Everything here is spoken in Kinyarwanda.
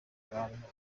abantu